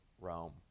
Rome